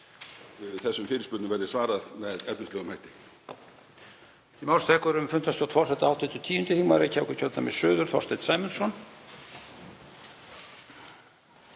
þessum fyrirspurnum verði svarað með efnislegum hætti.